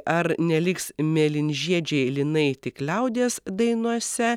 ar neliks mėlynžiedžiai linai tik liaudies dainose